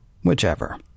Whichever